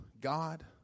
God